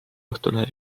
õhtulehe